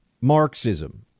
Marxism